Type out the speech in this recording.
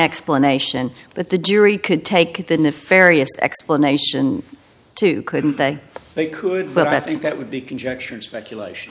explanation but the jury could take the nefarious explanation to couldn't they they could but i think that would be conjecture and speculation